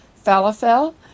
falafel